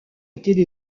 étaient